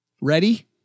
Ready